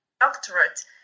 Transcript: doctorate